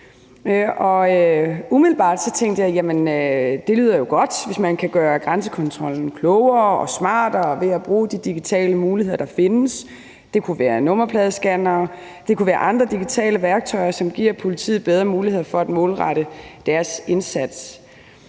Umiddelbart tænkte jeg: Jamen det lyder jo godt, hvis man kan gøre grænsekontrollen klogere og smartere ved at bruge de digitale muligheder, der findes. Det kunne være nummerpladescannere, eller det kunne være andre digitale værktøjer, som giver politiet bedre muligheder for at målrette deres indsats.